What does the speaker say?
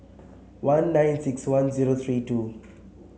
one nine six one zero three two